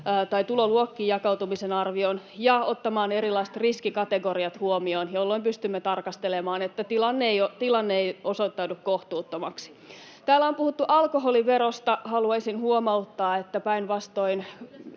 tämän tuloluokkiin jakautumisen arvion, ja ottamaan erilaiset riskikategoriat huomioon, jolloin pystymme tarkastelemaan, että tilanne ei osoittaudu kohtuuttomaksi. Täällä on puhuttu alkoholiverosta. Haluaisin huomauttaa, että päinvastoin